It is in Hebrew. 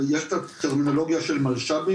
יש את הטרמינולוגיה של מלש"בים,